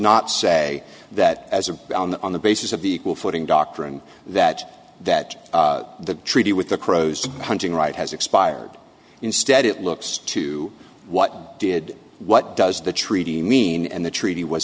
not say that as a on the basis of the equal footing doctrine that that the treaty with the crows hunting right has expired instead it looks to what did what does the treaty mean and the treaty was